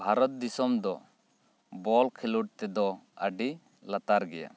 ᱵᱷᱟᱨᱚᱛ ᱫᱤᱥᱚᱢ ᱫᱚ ᱵᱚᱞ ᱠᱷᱮᱞᱳᱰ ᱛᱮᱫᱚ ᱟᱹᱰᱤ ᱞᱟᱛᱟᱨ ᱜᱮᱭᱟ